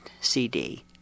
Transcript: CD